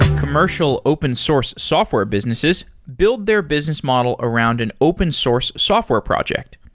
commercial open source software businesses build their business model around an open source software project.